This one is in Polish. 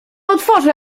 otworzę